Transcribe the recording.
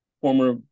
former